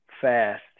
fast